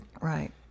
right